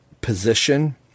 position